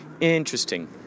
Interesting